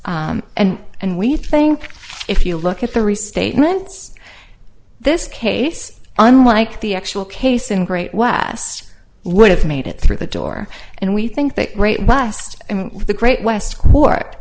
and and we think if you look at the restatements this case unlike the actual case in great west would have made it through the door and we think that last the great west